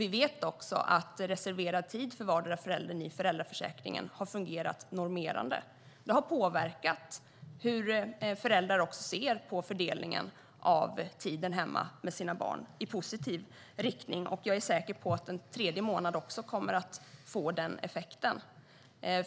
Vi vet också att reserverad tid för vardera föräldern i föräldraförsäkringen har fungerat normerande; det har påverkat hur föräldrar ser på fördelningen av tiden hemma med sina barn, i positiv riktning. Jag är säker på att även en tredje månad kommer att få den effekten.